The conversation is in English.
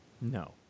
No